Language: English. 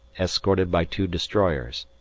escorted by two destroyers.